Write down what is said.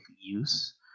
use